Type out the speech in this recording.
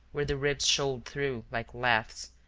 where the ribs showed through like laths,